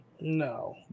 No